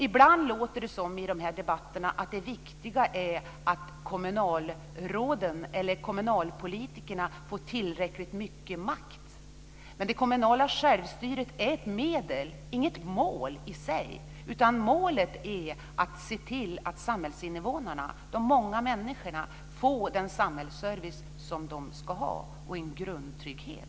Ibland låter det i de här debatterna som om det viktiga är att kommunalråden eller kommunalpolitikerna får tillräckligt mycket makt. Men det kommunala självstyret är ett medel, inget mål i sig. Målet är att se till att samhällsinvånarna, de många människorna, får den samhällsservice de ska ha och dessutom en grundtrygghet.